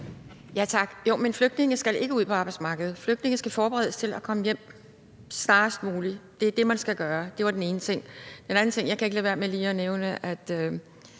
Tak. Men flygtninge skal ikke ud på arbejdsmarkedet, flygtninge skal forberedes til at komme hjem snarest muligt. Det er det, man skal gøre. Det var den ene ting. Den anden ting, jeg ikke lige kan lade være med at nævne, er